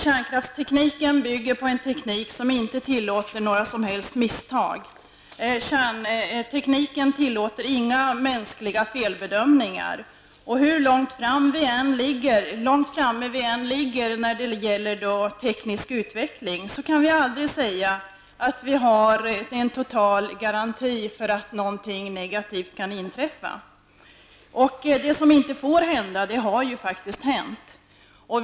Kärnkraften bygger på en teknik som inte tillåter några som helst misstag. Den tekniken tillåter inga mänskliga felbedömningar. Hur långt framme vi än är när det gäller teknisk utveckling kan vi aldrig säga att vi har några garantier för att inte någonting negativt kan inträffa. Det som inte får hända har ju faktiskt redan hänt!